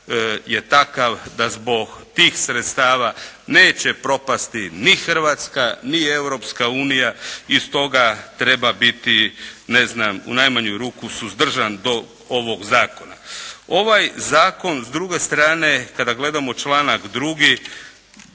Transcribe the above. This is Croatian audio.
je takav da zbog tih sredstava neće propasti ni Hrvatska ni Europska unija i stoga treba biti u najmanju ruku suzdržan do ovog zakona. Ovaj zakon s druge strane, kada gledamo članak 2.